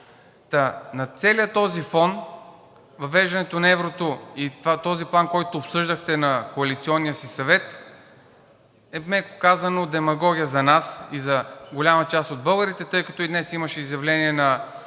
на целия този фон въвеждането на еврото и този план, който обсъждахте на коалиционния си съвет, е, меко казано, демагогия за нас и за голяма част от българите, тъй като днес имаше изявление на